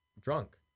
drunk